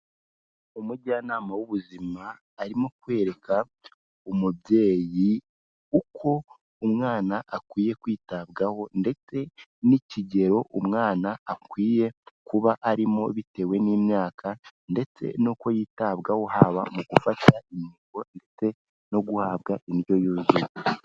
Umujyanama w'ubuzima, arimo kwereka umubyeyi uko umwana akwiye kwitabwaho, ndetse n'ikigero umwana akwiye kuba arimo, bitewe n'imyaka ndetse n'uko yitabwaho haba mu gufata inkingo, ndetse no guhabwa indyo yuzuye.